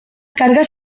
cargas